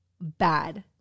Bad